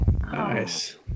Nice